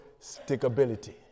stickability